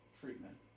treatment